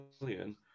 million